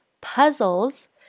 puzzles